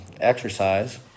exercise